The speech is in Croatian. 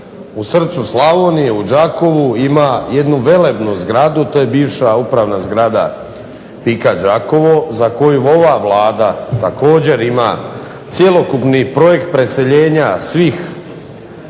u srcu Slavonije u Đakovu ima jednu velebnu zgradu, to je bivša upravna zgrada PIK-a Đakovo za koje ova Vlada također ima cjelokupni projekt preseljenja svih